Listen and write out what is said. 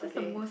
okay